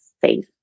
safe